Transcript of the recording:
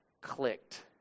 clicked